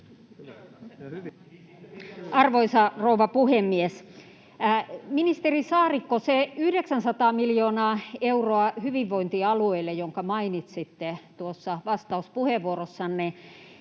Arvoisa rouva puhemies! Ministeri Saarikko, se 900 miljoonaa euroa hyvinvointialueille, jonka mainitsitte tuossa vastauspuheenvuorossanne,